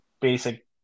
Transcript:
basic